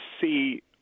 see